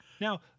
Now